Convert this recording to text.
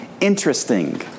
interesting